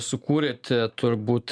sukūrėt turbūt